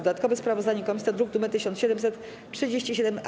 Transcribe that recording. Dodatkowe sprawozdanie komisji to druk nr 1737-A.